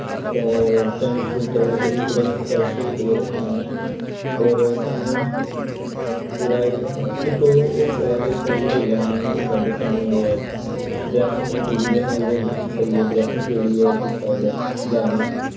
तै टैंट टुंट पूरा इ'यां स्हेई करियै रक्खना ऐ होर साणु पूरा इक होई सकै ते इक ओह् वी लेई लैना चाहिदा साणु ड्रैक्शन मीटर जेह्दे च असीं ओह् दिक्खी सकिये ड्रैक्शन केह्ड़ी ऐ किस साइड जाना